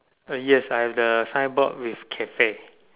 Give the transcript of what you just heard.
uh yes I have the signboard with cafe